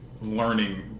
learning